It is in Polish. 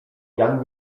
jan